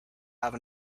have